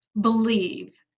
believe